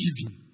giving